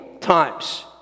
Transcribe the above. times